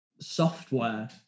software